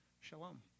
Shalom